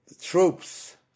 troops